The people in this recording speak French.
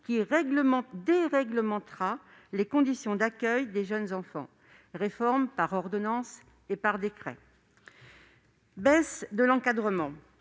qui déréglementera les conditions d'accueil des jeunes enfants, en procédant par ordonnances et par décrets. Réduction de l'encadrement,